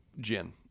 Gin